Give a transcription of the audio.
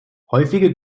häufige